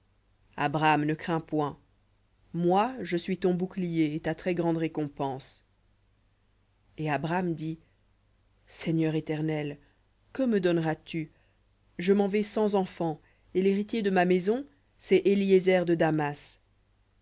abram ne crains point moi je suis ton bouclier ta très-grande récompense et abram dit seigneur éternel que me donneras tu je m'en vais sans enfants et l'héritier de ma maison c'est éliézer de damas